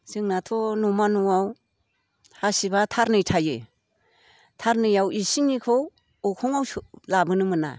जोंनाथ' नमा न'आव हासिबा थारनै थायो थारनैयाव इसिंनिखौ अखंआव लाबोनो मोना